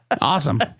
Awesome